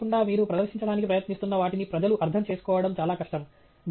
scale లేకుండా మీరు ప్రదర్శించడానికి ప్రయత్నిస్తున్న వాటిని ప్రజలు అర్థం చేసుకోవడం చాలా కష్టం